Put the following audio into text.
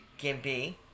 Gimpy